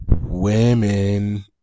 Women